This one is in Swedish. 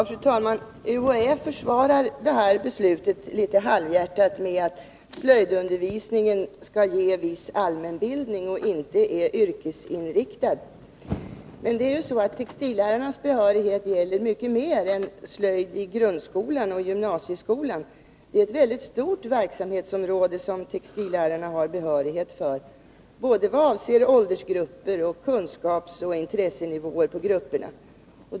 Fru talman! UHÄ försvarar detta beslut litet halvhjärtat med argumentet att slöjdundervisningen skall ge viss allmänbildning och inte vara yrkesinriktad. Men textillärarnas behörighet gäller mycket mer än slöjd i grundskolan och i gymnasieskolan. Det är ett mycket stort område som textillärarna har behörighet för, både vad avser åldersgrupper och vad avser kunskapsnivåer och intresseinriktningar inom grupperna.